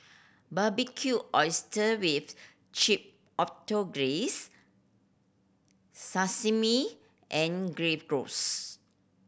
Barbecued Oyster with Chipotle Glaze Sashimi and Gyros